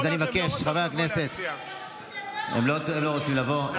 אז אני מבקש, חבר הכנסת, הם לא רוצים לבוא.